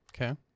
Okay